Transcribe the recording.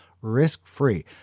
risk-free